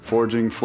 Forging